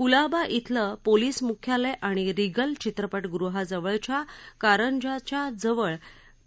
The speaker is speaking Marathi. कुलाबा खिलं पोलिस मुख्यालय आणि रिगल चित्रपटगुहाजवळच्या कारंजाच्याजवळ